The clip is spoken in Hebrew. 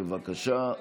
בבקשה.